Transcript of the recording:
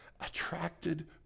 attracted